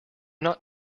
not